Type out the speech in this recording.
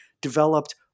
developed